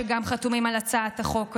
שגם חתומים על הצעת החוק הזאת,